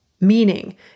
Meaning